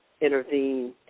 intervene